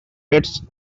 pets